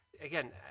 Again